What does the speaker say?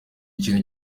kintu